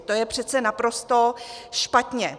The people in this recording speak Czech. To je přece naprosto špatně.